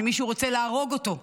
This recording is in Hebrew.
שמישהו רוצה להרוג אותו.